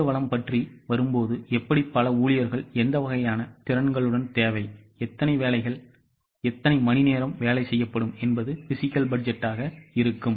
மனிதவளம்பற்றிவரும்போதுஎப்படிபலஊழிர்கள் எந்த வகையான திறன்களுடன் தேவை எத்தனை வேலைகள் எத்தனை மணி நேரம் வேலை செய்யப்படும் என்பது பிஸிக்கல் பட்ஜெட்டாக இருக்கும்